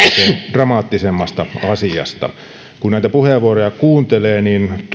dramaattisemmasta asiasta kun näitä puheenvuoroja kuuntelee niin tulee